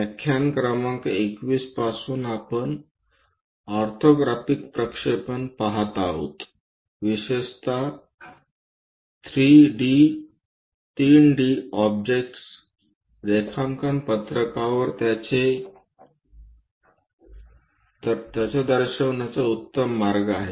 व्याख्यान क्रमांक 21 पासून आपण ऑर्थोग्राफिक प्रक्षेपण पहात आहोत विशेषत 3 डी ऑब्जेक्ट्स रेखांकन पत्रकावर त्याचे दर्शविण्याचा उत्तम मार्ग आहे